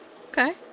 Okay